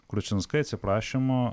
kručinskai atsiprašymo